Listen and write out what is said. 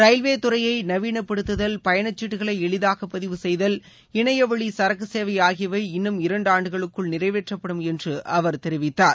railway துறையை நவீனப்படுத்துதல் பயணச்சீட்டுகளை எளிதாக பதிவு செய்தல் இணையவழி சரக்கு சேவை ஆகியவை இன்னும் இரண்டு ஆண்டுகளுக்குள் நிறைவேற்றப்படும் என்று அவர் தெரிவித்தார்